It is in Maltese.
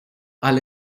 għal